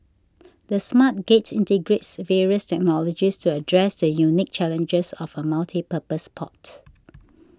the Smart Gate integrates various technologies to address the unique challenges of a multipurpose port